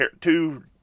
two